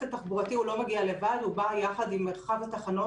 התחבורתי לא מגיע לבד אלא הוא בא יחד עם מרחב התחנות,